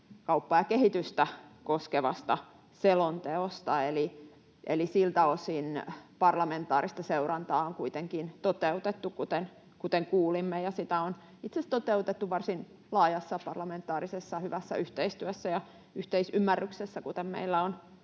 kauppaa ja kehitystä koskevasta selonteosta. Eli siltä osin parlamentaarista seurantaa on kuitenkin toteutettu, kuten kuulimme, ja sitä on itse asiassa toteutettu varsin laajassa parlamentaarisessa, hyvässä yhteistyössä ja yhteisymmärryksessä, kuten meillä on